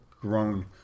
grown